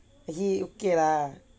he okay lah